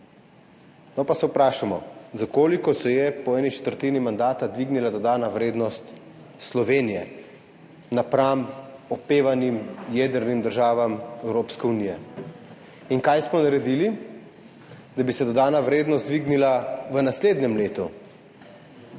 No pa se vprašajmo, za koliko se je po eni četrtini mandata dvignila dodana vrednost Slovenije napram opevanim jedrnim državam Evropske unije in kaj smo naredili, da bi se dodana vrednost dvignila v naslednjem letu.